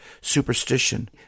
superstition